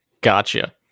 gotcha